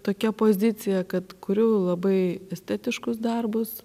tokia pozicija kad kuriu labai estetiškus darbus